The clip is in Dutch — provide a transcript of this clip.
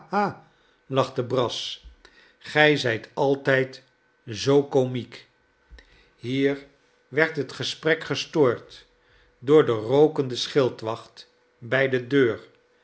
lachte brass gij zijt altijd zoo komiek hier werd het gesprek gestoord door den rookenden schildwacht bij de deur